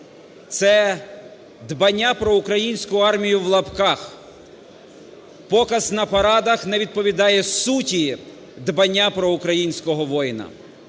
Це дбання про "українську армію" (в лапках), показ на парадах не відповідає суті дбання про українського воїна.